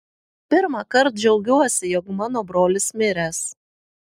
pirmąkart džiaugiuosi jog mano brolis miręs